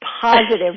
positive